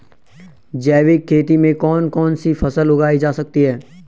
जैविक खेती में कौन कौन सी फसल उगाई जा सकती है?